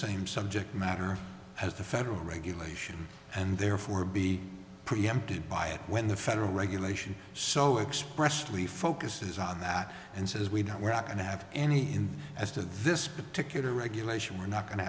same subject matter as the federal regulation and therefore be preempted by it when the federal regulation so expressed really focuses on that and says we're not we're not going to have any as to this particular regulation we're not going to